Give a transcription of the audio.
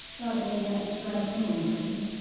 father gave me an extra sprout at dinner one christmas.